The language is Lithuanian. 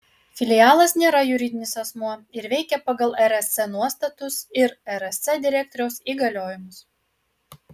filialas nėra juridinis asmuo ir veikia pagal rsc nuostatus ir rsc direktoriaus įgaliojimus